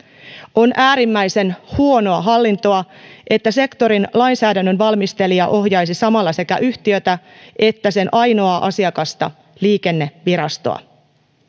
on äärimmäisen huonoa hallintoa että sektorin lainsäädännön valmistelija ohjaisi samalla sekä yhtiötä että sen ainoaa asiakasta liikennevirastoa